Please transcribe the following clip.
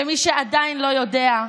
למי שעדיין לא יודע,